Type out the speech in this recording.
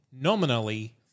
nominally